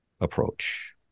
approach